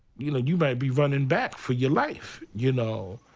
you know you might be running back for your life, you know?